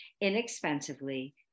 inexpensively